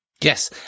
Yes